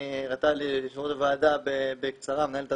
והראתה לי מנהלת הוועדה בקצרה,